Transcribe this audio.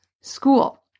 school